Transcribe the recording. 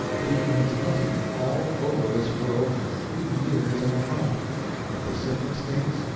he has hunted me all over this world for three years and a half the pacific states,